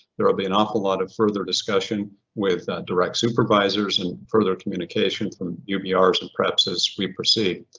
there'll be an awful lot of further discussion with direct supervisors and further communication from ubrs and preps as we proceed.